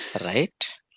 right